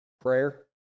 Prayer